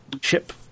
ship